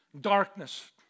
darkness